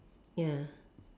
ya